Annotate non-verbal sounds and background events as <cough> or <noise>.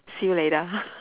see you later <laughs>